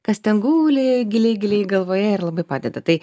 kas ten guli giliai giliai galvoje ir labai padeda tai